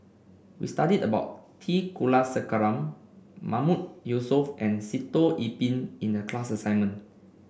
we studied about T Kulasekaram Mahmood Yusof and Sitoh Yih Pin in the class assignment